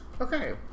Okay